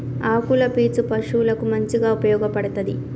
ఆకుల పీచు పశువులకు మంచిగా ఉపయోగపడ్తది